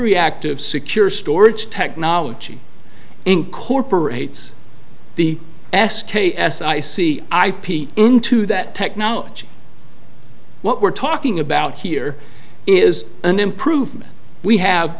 reactive secure storage technology incorporates the s k s i c i peek into that technology what we're talking about here is an improvement we have